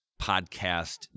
podcast